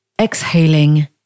Exhaling